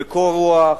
בקור רוח,